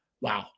wow